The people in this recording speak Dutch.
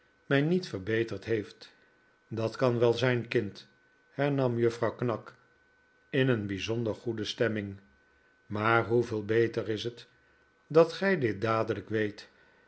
mij niet verbeterd heeft dat kan wel zijn kind hernam juffrouw knag in een bijzonder goede stemming maar hoeveel beter is het dat gij dit dadelijk weet